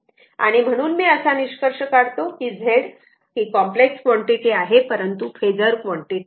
आणि म्हणून मी असा निष्कर्ष काढतो की हा Z complex quantity complex quantity आहे परंतु फेजर क्वांटिटी नाही